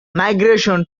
migration